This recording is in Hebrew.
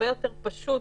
יותר פשוט